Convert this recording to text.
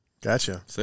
Gotcha